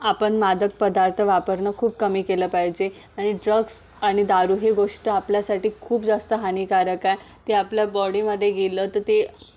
आपण मादक पदार्थ वापरणं खूप कमी केलं पाहिजे आणि ड्रक्स आणि दारू हि गोष्ट आपल्यासाठी खूप जास्त हानिकारक आहे ते आपल्या बॉडीमध्ये गेलं तर ते